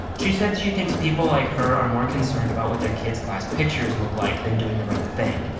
she said she thinks people like her are more concerned about what their kids' class pictures look like than doing the right thing.